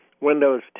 Windows